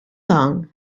long